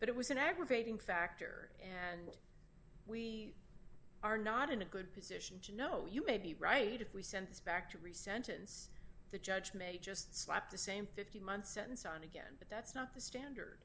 but it was an aggravating factor and we are not in a good position to know you may be right if we send this back to re sentence the judge may just slap the same fifteen month sentence on again but that's not the standard